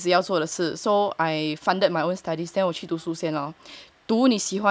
这是我一辈子要做的事 so I funded my own studies then 我去读书先 loh 读你喜欢读的自己还钱你才会读的比较用功真的真的